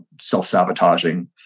self-sabotaging